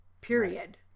Period